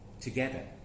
together